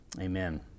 amen